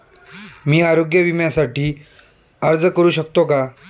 मी आरोग्य विम्यासाठी अर्ज करू शकतो का?